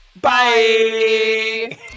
Bye